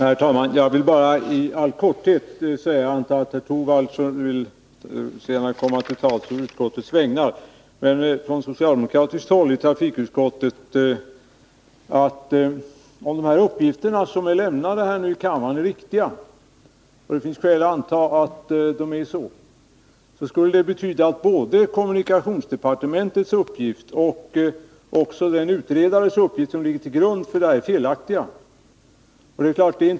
Herr talman! Jag antar att Rune Torwald senare vill komma till tals å utskottets vägnar. Jag vill bara i all korthet från socialdemokratiskt håll i utskottet säga, att om de uppgifter som har lämnats här i kammaren är riktiga — och det finns skäl att anta att det är så — skulle det betyda att både kommunikationsdepartementets uppgift och utredarens uppgift, som ligger till grund för utskottets ställningstagande, är felaktiga.